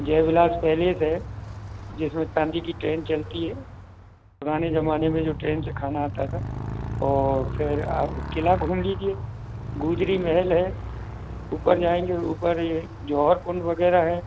जय विलास पैलेस है जिसमें चाँदी की ट्रेन चलती है पुराने ज़माने में जो ट्रेन से खाना आता था और फिर आप क़िला घूम लीजिए गुजरी महल है ऊपर जाएँगे ऊपर ये जौहरकुंड वग़ैरह है